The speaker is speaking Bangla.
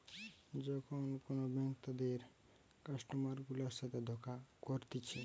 যখন কোন ব্যাঙ্ক তাদের কাস্টমার গুলার সাথে ধোকা করতিছে